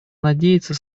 надеется